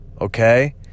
Okay